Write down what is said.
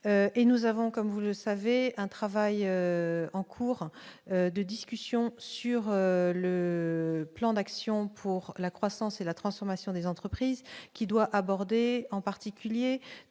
et nous avons comme vous le savez, un travail en cours de discussion sur le plan d'action pour la croissance et la transformation des entreprises qui doit aborder en particulier